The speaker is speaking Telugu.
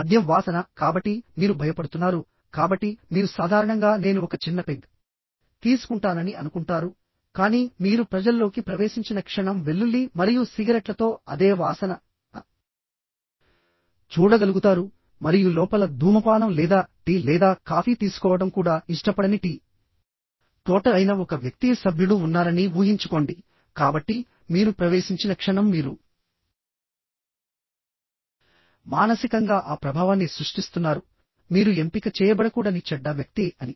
మద్యం వాసన కాబట్టి మీరు భయపడుతున్నారు కాబట్టి మీరు సాధారణంగా నేను ఒక చిన్న పెగ్ తీసుకుంటానని అనుకుంటారు కానీ మీరు ప్రజల్లోకి ప్రవేశించిన క్షణం వెల్లుల్లి మరియు సిగరెట్లతో అదే వాసన చూడగలుగుతారు మరియు లోపల ధూమపానం లేదా టీ లేదా కాఫీ తీసుకోవడం కూడా ఇష్టపడని టీ టోటర్ అయిన ఒక వ్యక్తి సభ్యుడు ఉన్నారని ఊహించుకోండి కాబట్టి మీరు ప్రవేశించిన క్షణం మీరు మానసికంగా ఆ ప్రభావాన్ని సృష్టిస్తున్నారు మీరు ఎంపిక చేయబడకూడని చెడ్డ వ్యక్తి అని